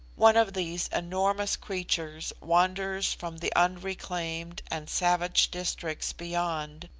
one of these enormous creatures wanders from the unreclaimed and savage districts beyond,